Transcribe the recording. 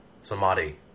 samadhi